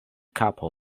kapo